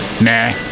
nah